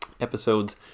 episodes